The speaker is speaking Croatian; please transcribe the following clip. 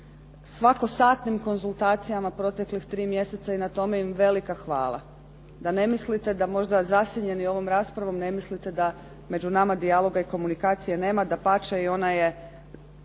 svakosatnim konzultacijama proteklih tri mjeseca i na tome im velika hvala, da ne mislite da možda zasjenjeni ovom raspravom ne mislite da među nama dijaloga i komunikacije nema. Dapače, i ona je